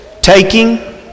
taking